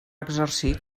exercir